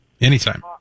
Anytime